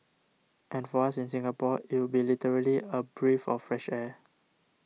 and for us in Singapore it would be literally a breath of fresh air